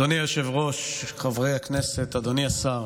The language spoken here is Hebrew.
אדוני היושב-ראש, חברי הכנסת, אדוני השר,